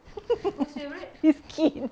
riskin